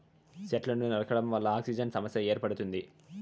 సెట్లను నరకడం వల్ల ఆక్సిజన్ సమస్య ఏర్పడుతుంది